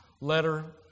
letter